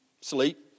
sleep